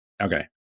Okay